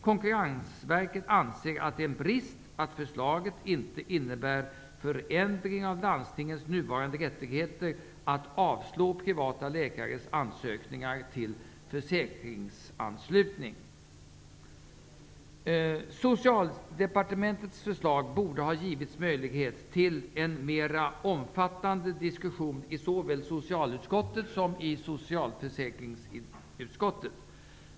Konkurrensverket anser att det är en brist att förslaget inte innebär förändring av landstingens nuvarande rättigheter att avslå privata läkares ansökningar till försäkringsanslutning. Socialutskottet och socialförsäkringsutskottet borde ha givits möjlighet till en mer omfattande diskussion om Socialdepartementets förslag.